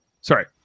Sorry